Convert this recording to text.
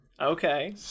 okay